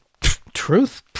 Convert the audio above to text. truth